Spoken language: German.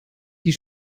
die